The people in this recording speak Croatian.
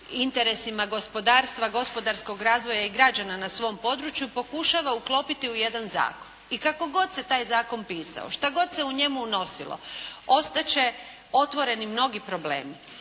interesima gospodarstva, gospodarskog razvoja i građana na svom području pokušava uklopiti u jedan zakon. I kako god se taj zakon pisao, šta god se u njemu unosilo ostat će otvoreni mnogi problemi.